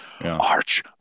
Arch